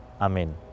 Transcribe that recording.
Amen